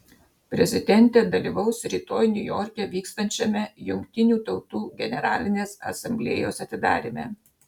prezidentė dalyvaus rytoj niujorke vyksiančiame jungtinių tautų generalinės asamblėjos atidaryme